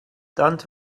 don’t